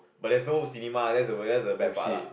but there's no cinema that's the that's the bad part lah